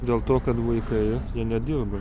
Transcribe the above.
dėl to kad vaikai jie nedirba